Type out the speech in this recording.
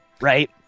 right